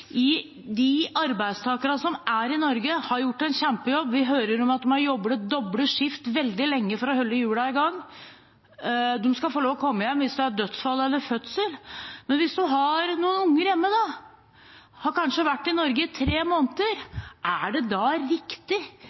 som er i Norge, har gjort en kjempejobb – vi hører at de har jobbet doble skift veldig lenge for å holde hjulene i gang. De skal få lov til å komme hjem hvis det er dødsfall eller fødsel. Men hvis de har noen barn hjemme, og kanskje har vært i Norge i tre måneder, er det